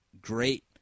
great